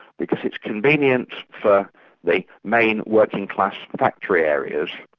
because it's convenient for the main working class factory areas,